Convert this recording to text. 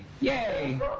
Yay